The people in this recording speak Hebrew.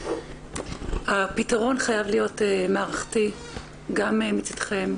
הפתרון חייב להיות מערכתי גם מצידכם,